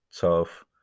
tough